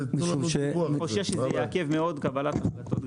אני חושב שזה יעכב מאוד קבלת החלטות.